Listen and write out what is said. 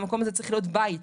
המקום הזה צריך להיות בית,